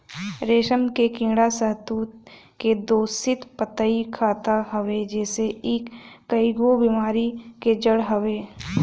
रेशम के कीड़ा शहतूत के दूषित पतइ खात हवे जेसे इ कईगो बेमारी के जड़ हवे